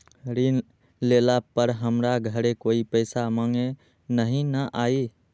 ऋण लेला पर हमरा घरे कोई पैसा मांगे नहीं न आई?